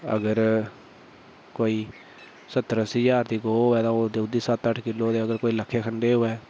अगर कोई सत्तर अस्सी ज्हार दी गौ होए तां ओह् देऊड़दी सत्त आठ्ठ किल्लो ते कोई लक्खे खंडे दी होए